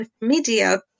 media